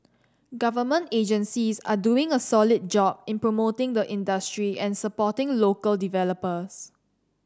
government agencies are doing a solid job in promoting the industry and supporting local developers